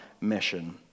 mission